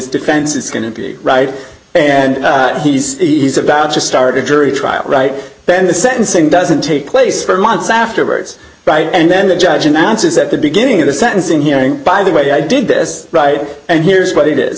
defense is going to be right and he's he's about to start a jury trial right then the sentencing doesn't take place for months afterwards right and then the judge announces at the beginning of the sentencing hearing by the way i did this right and here's what it is